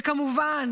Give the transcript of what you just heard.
וכמובן,